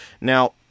Now